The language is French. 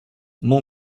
mon